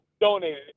donated